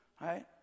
right